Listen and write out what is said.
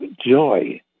Joy